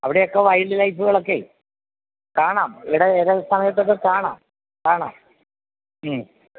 അവിടെയൊക്കെ വൈൽഡ് ലൈഫുകളൊക്കെ കാണാം ഇവിടെ ഏത് സമയത്തക്കെ കാണാം കാണാം